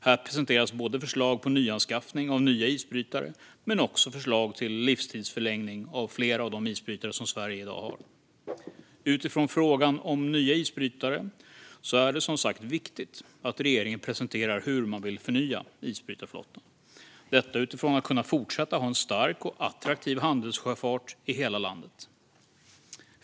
Här presenteras både förslag på nyanskaffning av nya isbrytare men också förslag till livstidsförlängning av flera av de isbrytare som Sverige i dag har. Utifrån frågan om nya isbrytare är det som sagt viktigt att regeringen presenterar hur man vill förnya isbrytarflottan. Detta utifrån att kunna fortsätta ha en stark och attraktiv handelssjöfart i hela landet.